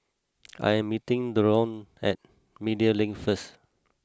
I am meeting Dorine at Media Link first